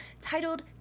titled